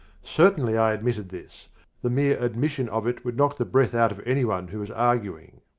certainly i admitted this the mere admission of it would knock the breath out of anyone who was arguing.